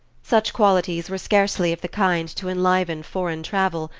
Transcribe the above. such qualities were scarcely of the kind to enliven foreign travel,